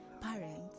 parents